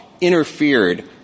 interfered